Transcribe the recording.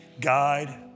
guide